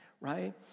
right